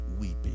weeping